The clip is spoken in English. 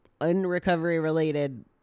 unrecovery-related